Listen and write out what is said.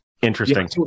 Interesting